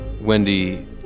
Wendy